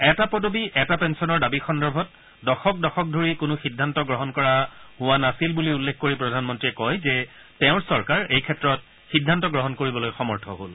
এটা পদবী এটা পেঞ্চনৰ দাবী সন্দৰ্ভত দশক দশক ধৰি কোনো সিদ্ধান্ত গ্ৰহণ কৰা হোৱা নাছিল বুলি প্ৰধানমন্ত্ৰীয়ে কয় যে তেওঁৰ চৰকাৰ এই ক্ষেত্ৰত সিদ্ধান্ত গ্ৰহণ কৰিবলৈ সমৰ্থ হ'ল